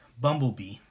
Bumblebee